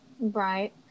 right